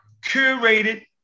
curated